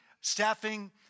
staffing